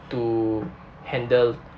to handle